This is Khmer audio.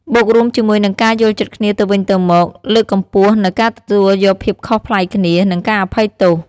បូករួមជាមួយនិងការយល់ចិត្តគ្នាទៅវិញទៅមកលើកកម្ពស់នូវការទទួលយកភាពខុសប្លែកគ្នា និងការអភ័យទោស។